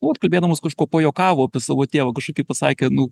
nu vat kalbėdamas kažkuo pajuokavo apie savo tėvą kažkokį pasakė nu